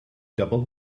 double